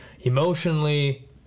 emotionally